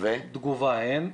תגובה אין.